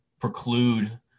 preclude